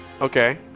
Okay